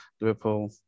Liverpool